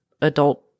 adult